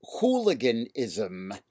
hooliganism